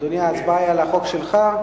אדוני, ההצבעה היא על החוק שלך.